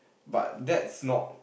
but that's not